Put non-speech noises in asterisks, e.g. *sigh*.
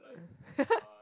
uh *laughs*